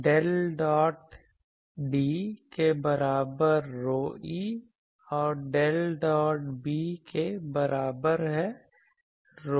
del dot D के बराबर ρe और डेल डॉट B के बराबर है ρm